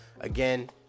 again